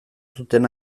zuten